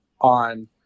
on